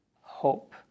Hope